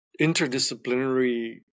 interdisciplinary